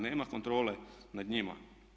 Nema kontrole nad njima.